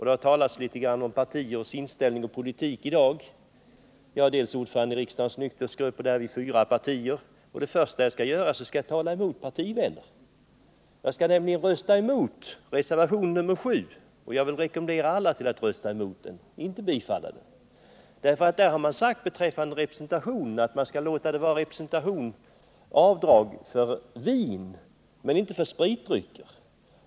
Det har talats en del om partiers inställning och politik i dag. Jag är ordförande i riksdagens nykterhetsgrupp, och där är fyra partier representerade. Det första jag skall göra nu är att tala emot partivänner. Jag skall nämligen rösta mot reservation 7, och jag vill rekommendera alla att rösta mot den. Där har nämligen sagts beträffande representationen, att man skall låta det bli avdrag för vin men inte för spritdrycker.